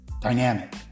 Dynamic